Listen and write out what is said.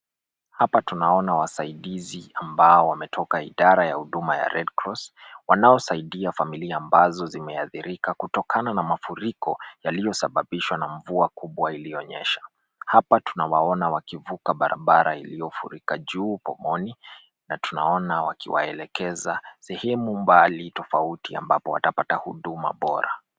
Hapa tunaona wasaidizi ambao wametoka idara ya huduma ya Redcross wanaosaidia familia ambazo zimeathirika kutokana na mafuriko yaliyosababishwa na mvua kubwa iliyonyesha. Hapa tunawaona wakivuka barabara iliyofurika juu pomoni na tunaona wakiwaelekeza sehemu mbali tofauti ambapo watapata huduma bora.